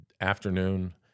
afternoon